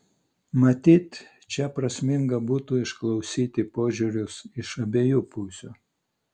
matyt čia prasminga būtų išklausyti požiūrius iš abiejų pusių